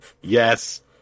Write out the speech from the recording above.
Yes